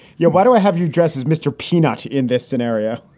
yeah why do i have you dressed as mr. peanut in this scenario?